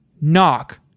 Knock